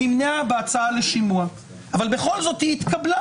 נמנעה בהצעה לשימוע אבל בכל זאת היא התקבלה